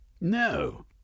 No